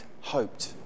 hoped